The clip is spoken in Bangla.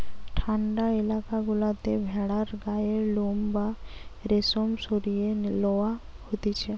ঠান্ডা এলাকা গুলাতে ভেড়ার গায়ের লোম বা রেশম সরিয়ে লওয়া হতিছে